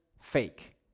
fake